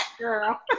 girl